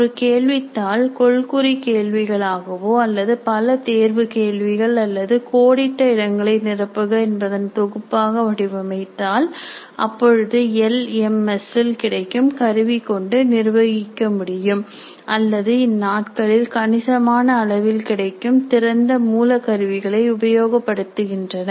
ஒரு சோதனைத்தாள் கொள்குறி கேள்விகள் ஆகவோ அல்லது பல தேர்வு கேள்விகள் அல்லது கோடிட்ட இடங்களை நிரப்புக என்பதன் தொகுப்பாக வடிவமைத்தால் அப்பொழுது எல் எம் எஸ் இல் கிடைக்கும் கருவிக் கொண்டு நிர்வகிக்க முடியும் அல்லது இந்நாட்களில் கணிசமான அளவில் கிடைக்கும் திறந்த மூல கருவிகளை உபயோகப்படுத்துகின்றனர்